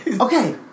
Okay